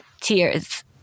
tears